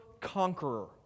conqueror